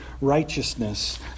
righteousness